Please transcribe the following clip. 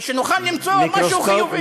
שנוכל למצוא משהו חיובי.